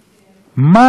מה אתם עושים שם?